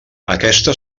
aquest